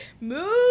move